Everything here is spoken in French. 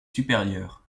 supérieurs